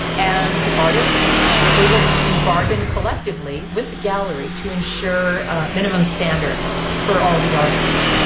and the artists were able to bargain collectively with the gallery to ensure minimum standards for all the artists.